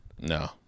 No